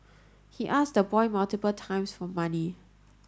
he asked the boy multiple times for money